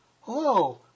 Hello